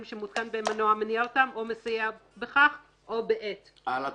שמותקן בהם מנוע המניע אותם או מסייע בכך או בעת"." הלאה,